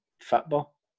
football